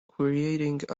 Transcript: creating